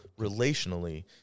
relationally